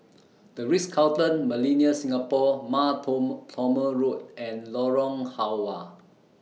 The Ritz Carlton Millenia Singapore Mar Thoma Road and Lorong Halwa